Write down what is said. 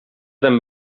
tan